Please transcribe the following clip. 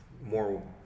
more